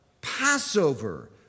Passover